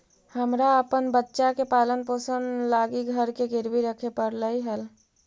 हमरा अपन बच्चा के पालन पोषण लागी घर के गिरवी रखे पड़लई हल